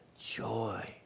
joy